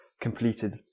completed